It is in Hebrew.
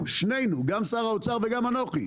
גם שר האוצר וגם אנוכי,